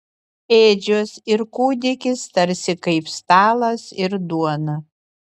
ėdžios ir kūdikis tarsi kaip stalas ir duona